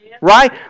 right